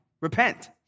repent